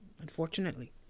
Unfortunately